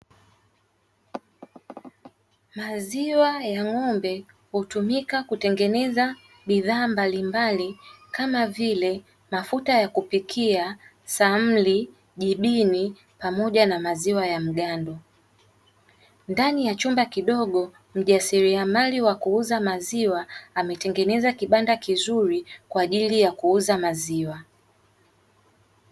Maziwa ya ng'ombe hutumika kutengenezea bidhaa mbalimbali kama vile mafuta ya kupikia, samli, jibini pamoja na maziwa ya mgando. Ndani ya chumba kidogo mjasiriamali wa kuuza maziwa ametengeneza kibanda kizuri kwaajili ya kuuza maziwa.